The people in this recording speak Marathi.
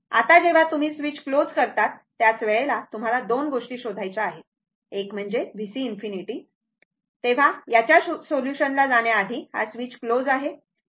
आता जेव्हा तुम्ही स्विच क्लोज करतात त्याच वेळेला तुम्हाला 2 गोष्टी शोधायच्या आहेत एक म्हणजे VC∞ तेव्हा याच्या सोल्युशन ला जाण्या आधी हा स्विच क्लोज आहे